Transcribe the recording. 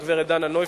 לגברת דנה נויפלד,